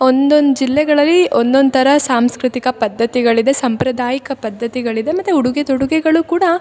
ಒಂದೊಂದು ಜಿಲ್ಲೆಗಳಲ್ಲಿ ಒಂದೊಂದು ಥರ ಸಾಂಸ್ಕೃತಿಕ ಪದ್ಧತಿಗಳಿದೆ ಸಾಂಪ್ರದಾಯಿಕ ಪದ್ಧತಿಗಳಿದೆ ಮತ್ತು ಉಡುಗೆ ತೊಡುಗೆಗಳು ಕೂಡ